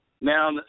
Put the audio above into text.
Now